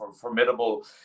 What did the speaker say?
formidable